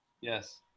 Yes